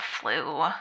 flu